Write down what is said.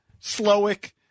Slowick